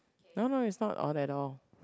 no no is not all that all